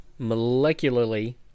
molecularly